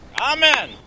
Amen